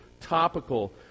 topical